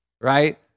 right